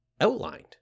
outlined